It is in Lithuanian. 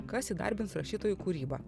kas įdarbins rašytojų kūrybą